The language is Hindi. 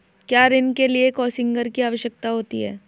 क्या ऋण के लिए कोसिग्नर की आवश्यकता होती है?